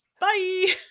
Bye